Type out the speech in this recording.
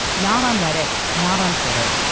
not on reddit, not on twitter.